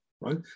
right